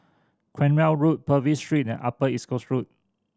Cranwell Road Purvis Street and Upper East Coast Road